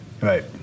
Right